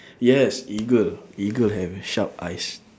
yes eagle eagle have sharp eyes